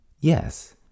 Yes